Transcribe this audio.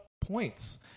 points